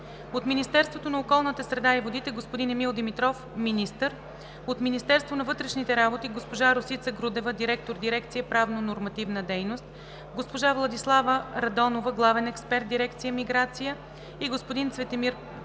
- Министерството на околната среда и водите – господин Емил Димитров, министър; - Министерство на вътрешните работи – госпожа Росица Грудева, директор дирекция „Правно-нормативна дейност“; госпожа Владислава Радонова, главен експерт дирекция „Миграция“, и господин Цветомир Панчев,